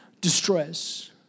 distress